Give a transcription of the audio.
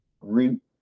root